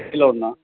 இல்லை ஒன்றா